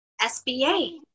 SBA